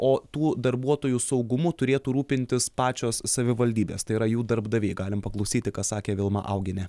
o tų darbuotojų saugumu turėtų rūpintis pačios savivaldybės tai yra jų darbdaviai galim paklausyti ką sakė vilma augienė